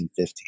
15